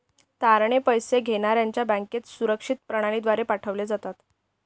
तारणे पैसे घेण्याऱ्याच्या बँकेत सुरक्षित प्रणालीद्वारे पाठवले जातात